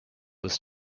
was